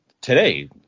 today